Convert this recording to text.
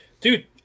dude